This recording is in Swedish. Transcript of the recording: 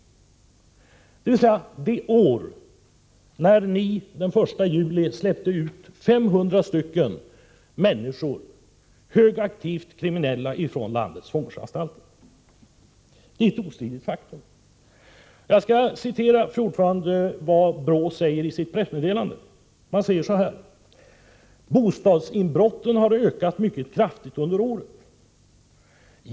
Inbrotten skedde alltså under det år då ni den 1 juli släppte ut 500 människor som var högaktivt kriminella från landets kriminalvårdsanstalter — det är ett ostridigt faktum. Jag skall citera vad BRÅ säger i sitt pressmeddelande: ”Bostadsinbrotten har ökat mycket kraftigt under året.